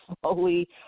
slowly